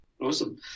Awesome